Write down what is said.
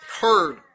heard